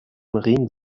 ring